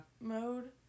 mode